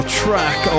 track